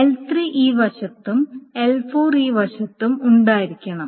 L3 ഈ വശത്തും L4 ഈ വശത്തും ഉണ്ടായിരിക്കണം